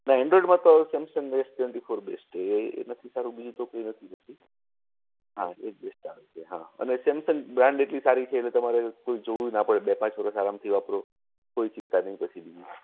ના એન્ડ્રોઇડ્માં તો Samsung S twenty four best છે એ એનાથી સારું બીજું તો કોઈ નથી થતું હાં એ જ બેસ્ટ આવે છે હાં અને સેમસંગ બ્રાન્ડ એટલી સારી છે એટલે તમારે કોઈ જોવું ના પડે બે પાંચ વરસ આરામથી વાપરો કોઈ ચિંતા નઇ પછી બીજી